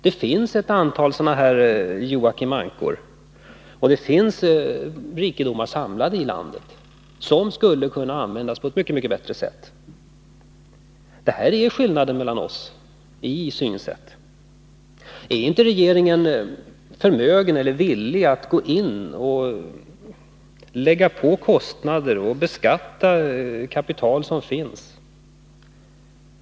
Det finns ett antal personer av typen Joakim von Anka, och det finns rikedomar samlade i landet, som skulle kunna användas på ett mycket bättre sätt. Här märks skillnaden mellan våra synsätt. Har inte regeringen förmåga eller vilja att gå in och lägga på kostnaderna och beskatta det kapital som finns?